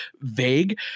vague